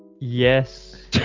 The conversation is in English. Yes